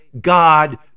God